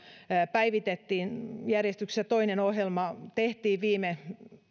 päivitettiin järjestyksessä toinen ohjelma tehtiin viime